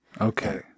Okay